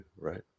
right